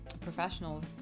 professionals